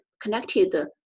connected